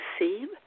receive